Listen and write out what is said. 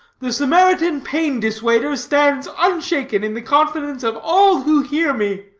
the samaritan pain dissuader stands unshaken in the confidence of all who hear me!